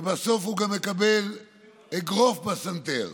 ובסוף הוא גם מקבל אגרוף בסנטר,